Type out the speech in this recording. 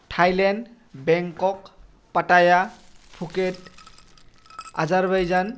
Thailand Bangkok Pattaya Phuket Azerbaijan